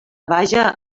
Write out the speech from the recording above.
vaja